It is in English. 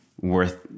worth